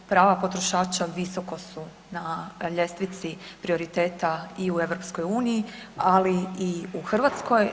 Prava potrošača visoko su na ljestvici prioriteta i u EU, ali i u Hrvatskoj.